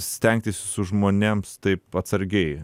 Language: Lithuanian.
stengtis su žmonėms taip atsargiai